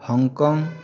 Hong Kong